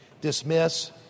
dismiss